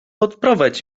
odprowadź